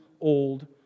old